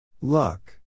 Luck